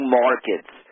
markets